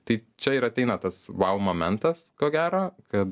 tai čia ir ateina tas momentas ko gero kai